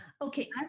Okay